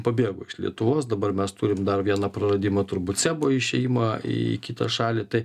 pabėgo iš lietuvos dabar mes turim dar vieną praradimą turbūt sebo išėjimą į kitą šalį tai